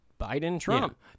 Biden-Trump